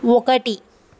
ఒకటి